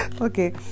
Okay